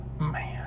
Man